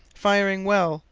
firing well,